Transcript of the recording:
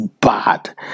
bad